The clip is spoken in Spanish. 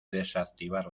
desactivar